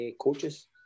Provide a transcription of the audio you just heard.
coaches